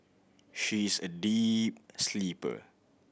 she is a deep sleeper